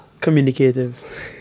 Communicative